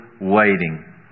waiting